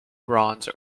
bronze